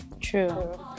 True